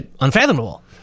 unfathomable